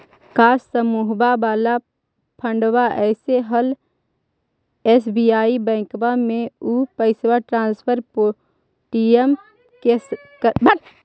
का समुहवा वाला फंडवा ऐले हल एस.बी.आई बैंकवा मे ऊ पैसवा ट्रांसफर पे.टी.एम से करवैलीऐ हल?